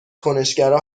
کنشگرها